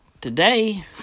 today